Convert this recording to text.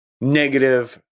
negative